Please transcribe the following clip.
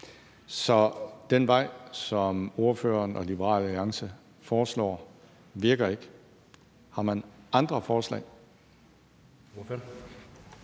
Så den vej, som ordføreren og Liberal Alliance foreslår, virker ikke. Har man andre forslag?